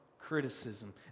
criticism